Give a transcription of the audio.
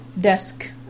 Desk